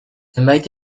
zenbait